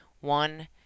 One